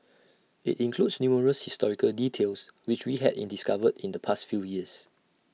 IT includes numerous historical details which we had discovered in the past few years